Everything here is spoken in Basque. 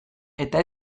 eta